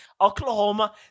Oklahoma